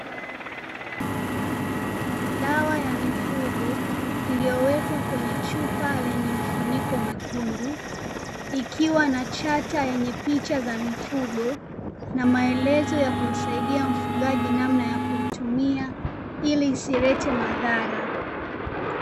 Dawa ya mifugo iliyowekwa kwenye chupa lenye mfuniko mwekundu, ikiwa na chata yenye picha za mifugo na maelezo ya kumsaidia mfugaji namna ya kuitumia ili isilete madhara.